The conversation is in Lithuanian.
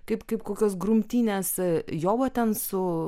kaip kaip kokios grumtynės jo va ten su